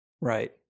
Right